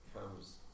comes